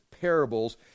parables